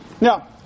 Now